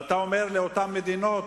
ואתה אומר לאותן מדינות: